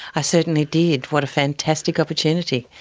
i certainly did, what a fantastic opportunity.